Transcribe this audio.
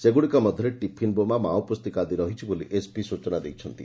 ସେଗୁଡ଼ିକ ମଧରେ ଟିଫିନ୍ ବୋମା ମାଓ ପୁସ୍ତିକା ଆଦି ରହିଛି ବୋଲି ଏସ୍ପି ସୂଚନା ଦେଇଛନ୍ତି